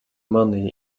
money